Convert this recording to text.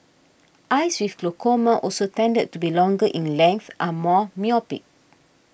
eyes with glaucoma also tended to be longer in length are more myopic